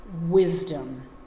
wisdom